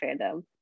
fandom